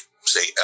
say